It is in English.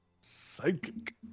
psychic